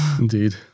Indeed